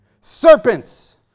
Serpents